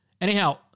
Anyhow